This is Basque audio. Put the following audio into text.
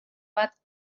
bat